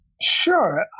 Sure